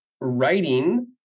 writing